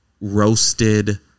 roasted